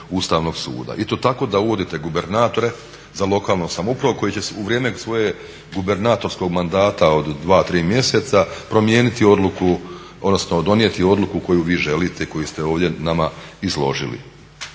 Ustavnog suda i to tako da uvodite gubernatore za lokalnu samoupravu koje će u vrijeme svoje, gubernatorskog mandata od 2, 3 mjeseca promijeniti odluku, odnosno donijeti odluku koju vi želite i koju ste ovdje nama izložili.